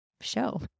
show